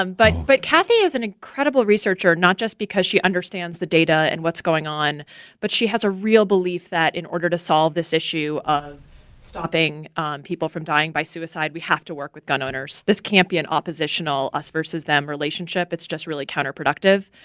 um but but cathy is an incredible researcher not just because she understands the data and what's going on but she has a real belief that in order to solve this issue of stopping people from dying by suicide, we have to work with gun owners. this can't be an oppositional us versus them relationship. it's just really counterproductive.